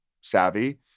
savvy